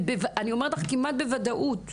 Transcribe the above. אני אומרת לך כמעט בוודאות,